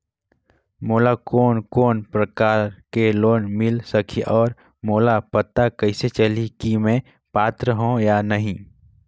मोला कोन कोन प्रकार के लोन मिल सकही और मोला पता कइसे चलही की मैं पात्र हों या नहीं?